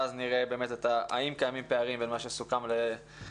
ואז נראה האם קיימים פערים בין מה שסוכם לתפיסתם.